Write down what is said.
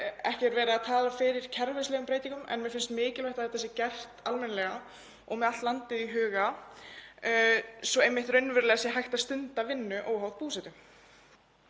ekki er verið að tala fyrir kerfislægum breytingum en mér finnst mikilvægt að þetta sé gert almennilega og með allt landið í huga svo að raunverulega sé hægt að stunda vinnu óháð búsetu.